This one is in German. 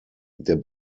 der